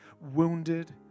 wounded